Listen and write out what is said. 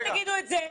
אל תגידו את זה.